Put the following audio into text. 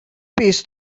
peace